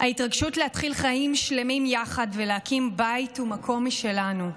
ההתרגשות להתחיל חיים שלמים יחד ולהקים בית ומקום משלנו.